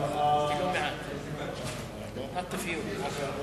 ישיב לנו על ההצעה השר יעקב מרגי, במקום שר הפנים.